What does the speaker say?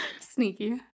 Sneaky